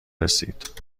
رسید